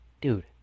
dude